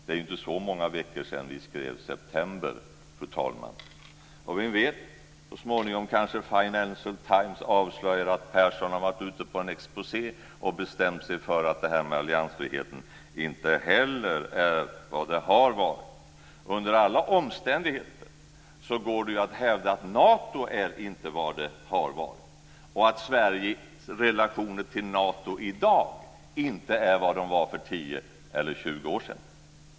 Det är inte så många veckor sedan som vi skrev september, fru talman. Och vem vet, så småningom kanske Financial Times avslöjar att Persson har varit ute på en exposé och bestämt sig för att det här med alliansfriheten inte heller är vad det har varit. Under alla omständigheter går det att hävda att Nato inte är vad det har varit, och att Sveriges relationer till Nato i dag inte är vad de var för 10 eller 20 år sedan.